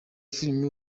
filime